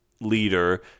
leader